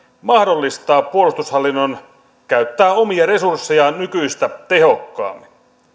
mahdollistaa puolustushallinnon käyttää omia resurssejaan nykyistä tehokkaammin